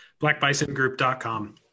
BlackBisonGroup.com